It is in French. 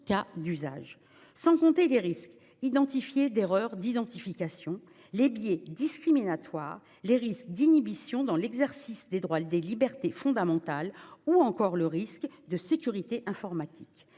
cas d'usage ». Et je n'évoque pas les risques avérés d'erreurs d'identification, les biais discriminatoires, le risque d'inhibition dans l'exercice des droits ou libertés fondamentales ou encore le risque de sécurité informatique.